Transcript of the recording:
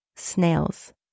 snails